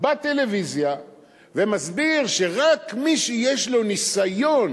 בטלוויזיה ומסביר שרק מי שיש לו ניסיון